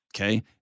Okay